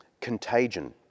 contagion